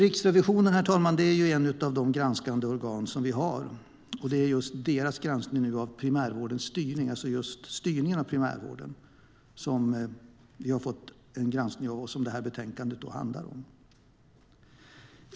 Riksrevisionen är ett av våra granskande organ, och det är deras granskning av primärvårdens styrning som det här betänkandet handlar om.